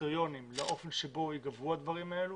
קריטריונים לאופן שבו ייגבו הדברים הללו,